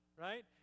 right